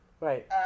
Right